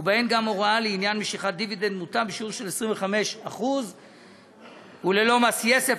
ובהן גם הוראה לעניין משיכת דיבידנד מוטב בשיעור של 25% וללא מס יסף,